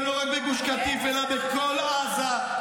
ולא רק בגוש קטיף אלא בכל עזה.